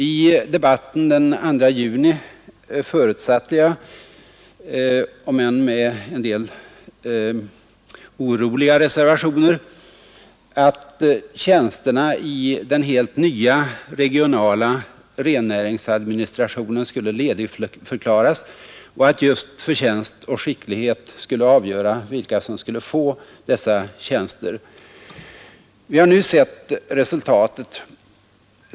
I debatten den 2 juni förutsatte jag, om än med en del oroliga reservationer, att tjänsterna i den helt nya regionala rennäringsadministrationen skulle ledigförklaras och att just förtjänst och skicklighet skulle avgöra vilka som skulle få dessa tjänster. Vi har nu sett resultatet.